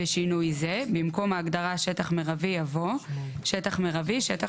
בשינוי זה: במקום ההגדרה "שטח מירבי" יבוא: "שטח מירבי" שטח